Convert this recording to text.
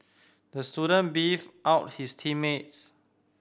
the student beefed out his team mates